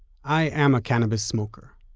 i am a cannabis smoker.